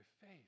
faith